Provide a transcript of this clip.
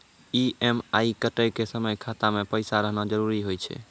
EMI कटै के समय खाता मे पैसा रहना जरुरी होय छै